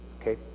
Okay